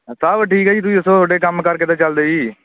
ਸਭ ਠੀਕ ਹੈ ਜੀ ਤੁਸੀਂ ਦੱਸੋ ਤੁਹਾਡੇ ਕੰਮ ਕਾਰ ਕਿੱਦਾਂ ਚੱਲਦੇ ਜੀ